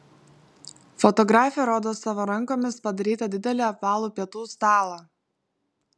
fotografė rodo savo rankomis padarytą didelį apvalų pietų stalą